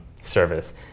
service